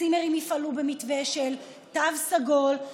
הצימרים יפעלו במתווה של תו סגול,